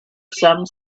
some